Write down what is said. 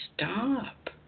stop